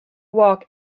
walk